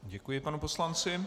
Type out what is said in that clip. Děkuji panu poslanci.